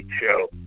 show